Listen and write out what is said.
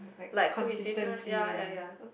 like cohesiveness ya ya ya